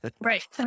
right